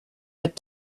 had